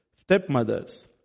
stepmothers